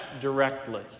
directly